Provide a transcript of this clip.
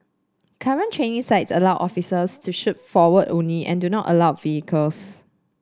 current training sites allow officers to shoot forward only and do not allow vehicles